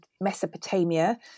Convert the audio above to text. Mesopotamia